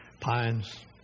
pines